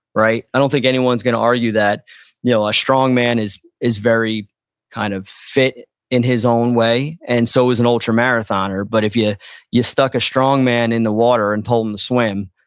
right? i don't think anyone's going to argue that you know a strong man is is very kind of fit in his own way, and so is an ultra marathoner. but if yeah you stuck a strong man in the water and told him to swim,